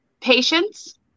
patience